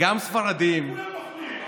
וגם ספרדים, כולם נוכלים.